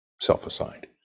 self-assigned